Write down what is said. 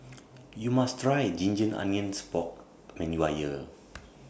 YOU must Try Ginger Onions Pork when YOU Are here